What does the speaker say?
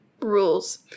rules